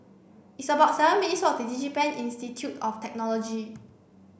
it's about seven minutes' walk to DigiPen Institute of Technology